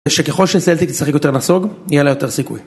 ושככל שניסיתי לשחק יותר נסוג, נהיה לה יותר סיכוי.